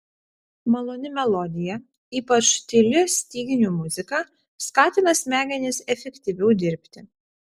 maloni melodija ypač tyli styginių muzika skatina smegenis efektyviau dirbti